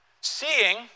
seeing